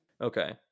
Okay